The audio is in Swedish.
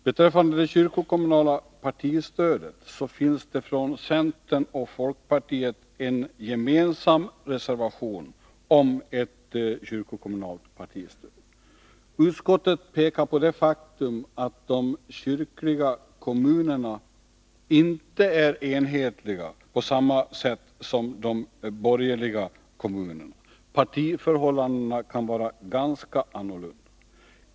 Beträffande det kyrkokommunala partistödet finns det från centern och folkpartiet en gemensam reservation om ett kyrkokommunalt partistöd. Utskottet pekar på det faktum att de kyrkliga kommunerna inte är enhetliga på samma sätt som de borgerliga kommunerna. Partiförhållandena kan vara ganska annorlunda.